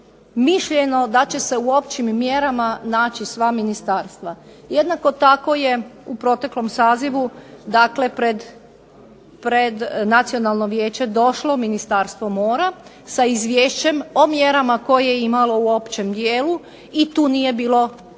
mišljeno da će se u općim mjerama naći sva ministarstva. Jednako tako je u proteklom sazivu dakle pred nacionalno vijeće došlo Ministarstvo mora sa izvješćem o mjerama koje je imalo u općem dijelu i tu nije bilo nikakvoga